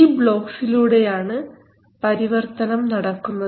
ഈ ബ്ലോക്ക്സിലൂടെയാണ് പരിവർത്തനം നടക്കുന്നത്